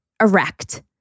erect